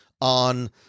on